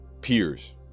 peers